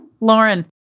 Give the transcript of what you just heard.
Lauren